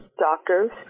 doctors